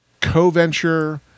Co-venture